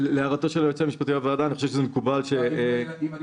להערת היועץ המשפטי לוועדה, מקובל שנכון